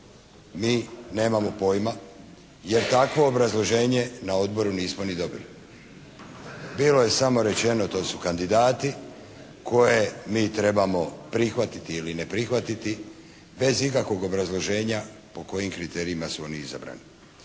Mi nemamo pojma, jer takvo obrazloženje na odboru nismo ni dobili. Bilo je samo rečeno to su kandidati koje mi trebamo ili ne prihvatiti bez ikakvog obrazloženja po kojim kriterijima su oni izabrani.